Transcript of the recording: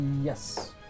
Yes